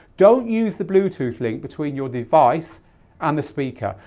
don't use the bluetooth link between your device and the speaker.